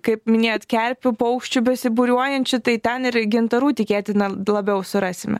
kaip minėjot kerpių paukščių besibūriuojančių tai ten ir gintarų tikėtina labiau surasime